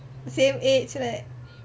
same age right